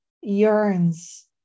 yearns